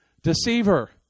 deceiver